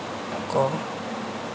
ᱠᱚ